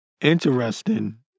interesting